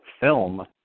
Film